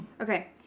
Okay